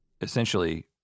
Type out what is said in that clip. essentially